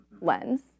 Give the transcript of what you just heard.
lens